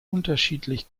unterschiedlich